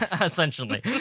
essentially